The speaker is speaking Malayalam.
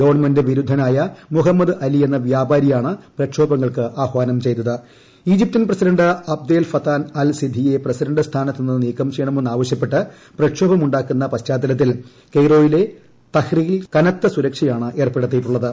ഗവൺമെന്റ് വിരുദ്ധനായ മുഹമ്മദ് അലി എന്ന വ്യാപാരിയാണ് പ്രക്ഷോപങ്ങൾക്ക് ആഹ്വാനം ചെയ്തത്ത് Egyptian president Abdel Fattah al സിദ്ധിയെ പ്രിസ്ട്രിഡന്റ് സ്ഥാനത്ത് നിന്ന് നീക്കം ചെയ്യണമെന്നാവശ്യപ്പെട്ട് പ്രക്ഷോപ്പിം ഉണ്ടാകുന്ന പശ്ചാത്തലത്തിൽ കെയ്റോയിലെ തഹ്രിൽ ഏർപ്പെടുത്തിയിട്ടുള്ളത്